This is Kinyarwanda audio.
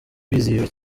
bizihiwe